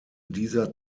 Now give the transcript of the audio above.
dieser